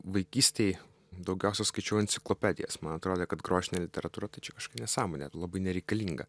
vaikystėj daugiausia skaičiau enciklopedijas man atrodė kad grožinė literatūra tai čia kažkokia nesąmonė labai nereikalinga